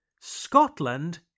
Scotland